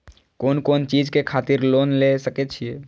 कोन कोन चीज के खातिर लोन ले सके छिए?